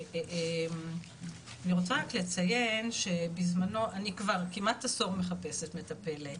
אני רוצה רק לציין שאני כבר כמעט עשור מחפשת מטפלת,